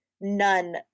none